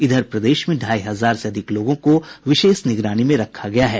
इधर प्रदेश में ढ़ाई हजार से अधिक लोगों को विशेष निगरानी में रखा गया है